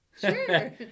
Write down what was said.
sure